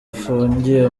afungiye